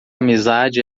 amizade